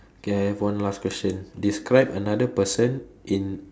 okay I have one last question describe another person in